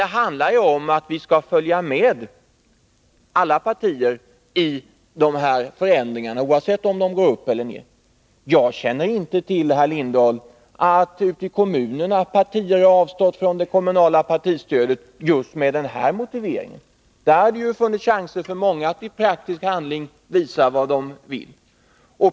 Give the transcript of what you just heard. Men tanken är ju att alla partier skall följa med i förändringarna, oavsett om stödet går upp eller ned. Jag känner inte till att partier ute i kommunerna har avstått från det kommunala partistödet med just den här motiveringen. Där hade annars funnits chans för många att i praktisk handling visa vad de vill.